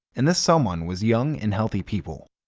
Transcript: and this someone was young and healthy people.